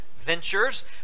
ventures